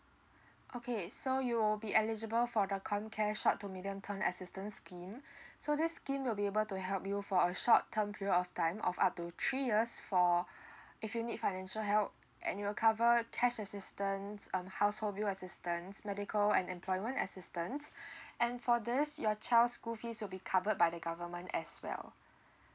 okay so you will be eligible for the comcare short to medium term assistance scheme so this scheme will be able to help you for a short term period of time of up to three years for if you need financial help and it will cover cash assistance um household bill assistance medical and employment assistance and for this your child school fees will be covered by the government as well